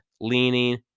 leaning